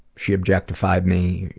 she objectified me.